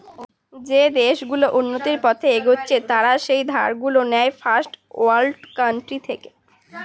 যে দেশ গুলো উন্নতির পথে এগচ্ছে তারা যেই ধার গুলো নেয় ফার্স্ট ওয়ার্ল্ড কান্ট্রি থেকে